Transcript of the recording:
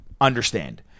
Understand